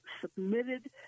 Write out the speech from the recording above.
submitted